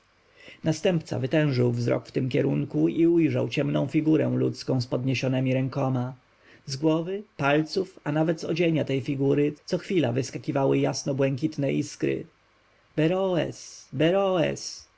następca wytężył wzrok w tym kierunku i ujrzał ciemną figurę ludzką z podniesionemi rękoma z głowy palców a nawet z odzienia tej figury co chwilę wyskakiwały jasnobłękitne iskry